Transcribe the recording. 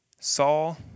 Saul